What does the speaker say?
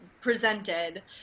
presented